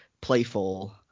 playful